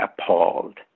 appalled